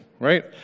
right